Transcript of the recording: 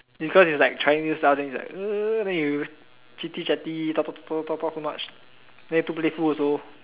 because is like trying new stuff then you like chitty chatty talk talk talk so much then you too playful also